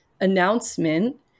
announcement